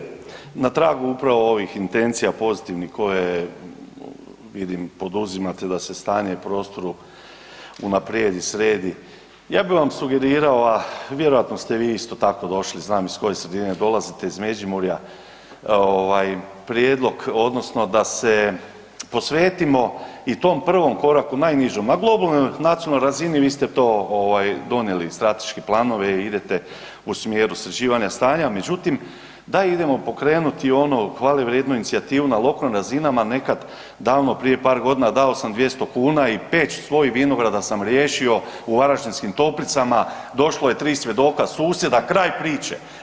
Poštovani ministre, na tragu upravo ovih intencija pozitivnih koje vidim poduzimate da se stanje u prostoru unaprijedi, sredi, ja bi vam sugerirao a vjerojatno ste vi isto tako došli, znam iz koje sredine dolazite, iz Međimurja, prijedlog odnosno da se posvetimo i tom prvom koraku, najnižem, na globalnoj nacionalni razini vi ste to donijeli strateške planove, idete u smjeru sređivanja stanja, međutim da idemo pokrenuti ono hvalevrijednu inicijativu na lokalnim razinama a nekad davno prije par godina, dao sam 200 kn i peć svoju i vinograda sam riješio u Varaždinskim Toplicama, došlo je 3 svjedoka, susjeda, kraj priče.